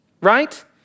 right